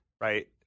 right